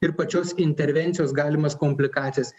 ir pačios intervencijos galimas komplikacijas